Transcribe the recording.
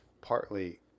partly